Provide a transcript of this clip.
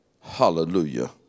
Hallelujah